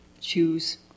choose